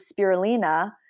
spirulina